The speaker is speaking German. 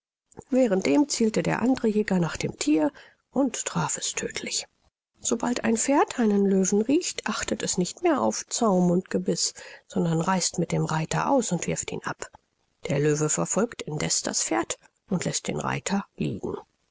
dem zielte der andere jäger nach dem thier und traf es tödtlich sobald ein pferd einen löwen riecht achtet es nicht mehr auf zaum und gebiß sondern reißt mit dem reiter aus oder wirft ihn ab der löwe verfolgt indeß das pferd und läßt den reiter liegen